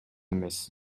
эмес